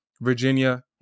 Virginia